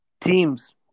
Teams